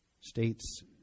states